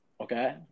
Okay